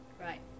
Right